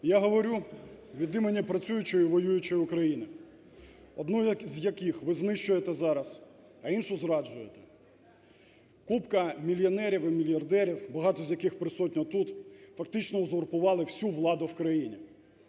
Я говорю від імені працюючої і воюючої України, одну з яких ви знищуєте зараз, а іншу – зраджуєте. Купка мільйонерів і мільярдерів, багато з яких присутні тут, фактично узурпували всю владу в країні.